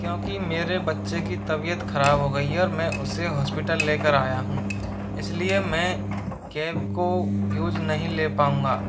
क्योंकि मेरे बच्चे की तबियत खराब हो गई है और मैं उसे हॉस्पीटल लेकेर आया हूँ इसलिए मैं कैब को यूज़ नहीं ले पाउंगा